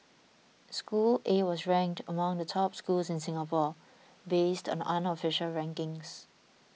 school A was ranked among the top schools in Singapore based on unofficial rankings